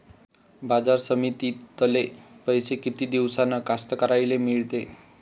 बाजार समितीतले पैशे किती दिवसानं कास्तकाराइले मिळते?